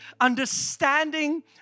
understanding